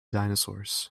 dinosaurs